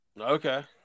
Okay